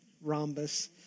Rhombus